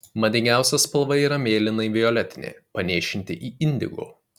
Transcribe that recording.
madingiausia spalva yra mėlynai violetinė panėšinti į indigo